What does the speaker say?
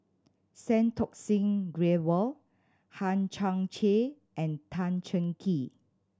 Santokh Singh Grewal Hang Chang Chieh and Tan Cheng Kee